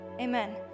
amen